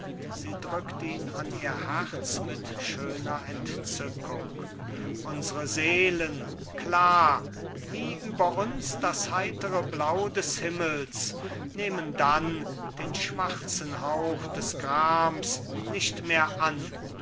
sie drückt ihn an ihr herz mit schöner entzückung unsre seelen klar wie über uns das heitere blau des himmels nehmen dann den schwarzen hauch des grams nicht mehr an